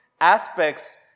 aspects